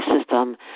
system